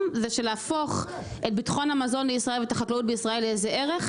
זה להפוך את ביטחון המזון ואת החקלאות בישראל לאיזשהו ערך,